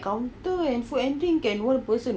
counter and food and drinks can one person [what]